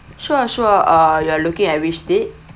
sure sure uh you are looking at which date